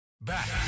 Back